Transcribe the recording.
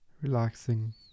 Relaxing